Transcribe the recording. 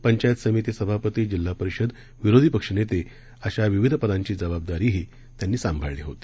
पंचायत समिती सभापती जिल्हा परिषद विरोधी पक्षनेते अशा विविध पदांची जबाबदारीही त्यांनी सांभाळली होती